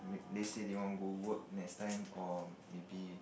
let's say they want to go work next time or maybe